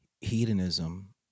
hedonism